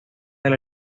del